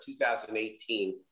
2018